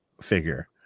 figure